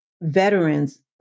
veterans